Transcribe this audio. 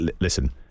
listen